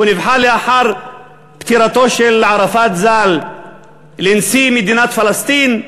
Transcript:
הוא נבחר לאחר פטירתו של ערפאת ז"ל לנשיא מדינת פלסטין,